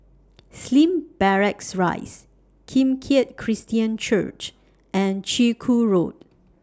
Slim Barracks Rise Kim Keat Christian Church and Chiku Road